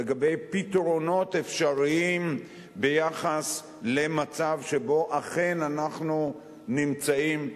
לגבי פתרונות אפשריים ביחס למצב שבו אכן אנחנו נמצאים.